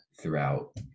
throughout